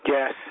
Yes